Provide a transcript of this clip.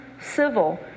civil